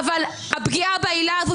אבל הפגיעה בעילה הזאת